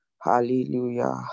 hallelujah